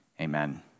amen